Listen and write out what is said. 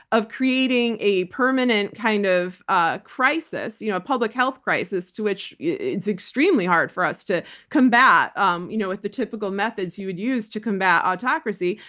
of creating a permanent kind of ah crisis, you know a public health crisis, to which it's extremely hard for us to combat um you know with the typical methods you would use to combat autocracy.